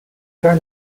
turn